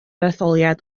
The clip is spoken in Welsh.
etholiad